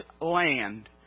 land